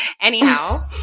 Anyhow